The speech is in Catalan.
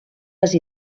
les